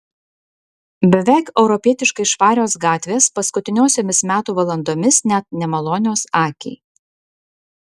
beveik europietiškai švarios gatvės paskutiniosiomis metų valandomis net nemalonios akiai